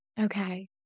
Okay